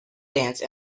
dance